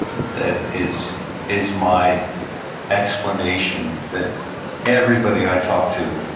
that is is my explanation that everybody i talk to,